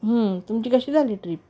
तुमची कशी झाली ट्रिप